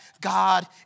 God